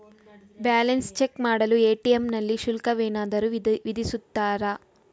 Balance check ಮಾಡಲು ATM ನಲ್ಲಿ ಶುಲ್ಕವೇನಾದರೂ ವಿಧಿಸುತ್ತಾರಾ?